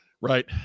right